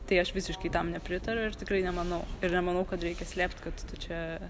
tai aš visiškai tam nepritariu ir tikrai nemanau ir nemanau kad reikia slėpt kad čia